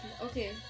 Okay